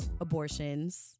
abortions